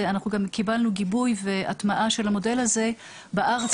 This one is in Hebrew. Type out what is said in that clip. אנחנו קיבלנו גיבוי והטמעה של המודל הזה בארץ,